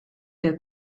der